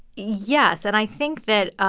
yes. and i think that,